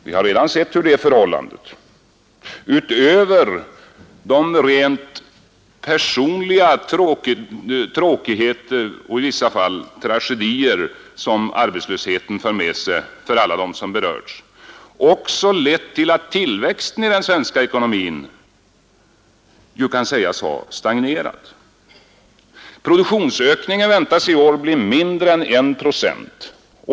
Vi har redan sett hur det förhållandet — utöver de rent personliga tråkigheter och i vissa fall tragedier som arbetslösheten för med sig för alla dem som berörs — lett till att tillväxten i den svenska ekonomin kan sägas ha stagnerat. Produktionsökningen väntas i år bli mindre än 1 procent.